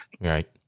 right